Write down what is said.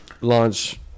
launch